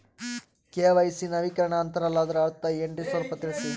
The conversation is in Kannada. ಕೆ.ವೈ.ಸಿ ನವೀಕರಣ ಅಂತಾರಲ್ಲ ಅದರ ಅರ್ಥ ಏನ್ರಿ ಸ್ವಲ್ಪ ತಿಳಸಿ?